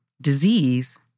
disease